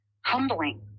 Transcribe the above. humbling